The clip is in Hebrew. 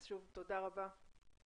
אז שוב תודה רבה, תודה.